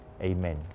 Amen